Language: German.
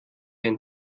ein